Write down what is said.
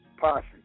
posse